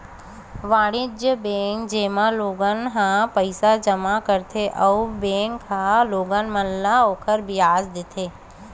वाणिज्य बेंक, जेमा लोगन मन ह पईसा जमा करथे अउ बेंक ह लोगन मन ल ओखर बियाज देथे